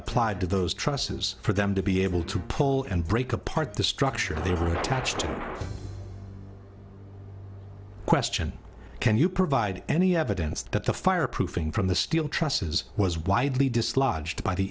applied to those trusses for them to be able to pull and break apart the structure of the attached question can you provide any evidence that the fireproofing from the steel trusses was widely dislodged by the